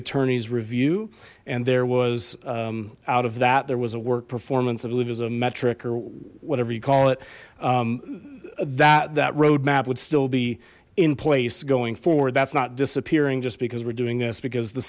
attorney's review and there was out of that there was a work performance of elitism metric or whatever you call it that that roadmap would still be in place going forward that's not disappearing just because we're doing this because the